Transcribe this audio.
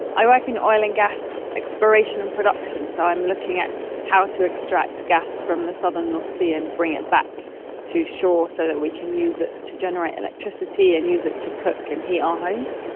i work in oil and gas exploration and production, so i'm looking at how to extract gas from the southern north sea and bring it back to shore so that we can use it to generate electricity and use it to cook and heat our homes.